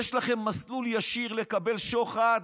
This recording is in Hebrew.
יש לכם מסלול ישיר לקבל שוחד